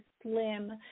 Slim